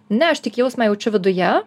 ne aš tik jausmą jaučiu viduje